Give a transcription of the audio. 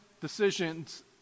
decisions